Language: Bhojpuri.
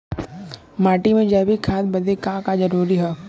माटी में जैविक खाद बदे का का जरूरी ह?